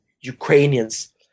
Ukrainians